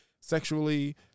sexually